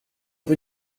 rue